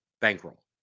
bankroll